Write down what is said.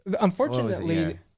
unfortunately